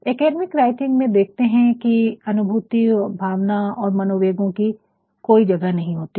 academic writing में देखते हैं की अनुभूति भावना और मनोवेगो की कोई जगह नहीं होती है